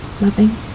Loving